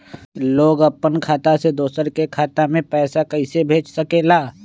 लोग अपन खाता से दोसर के खाता में पैसा कइसे भेज सकेला?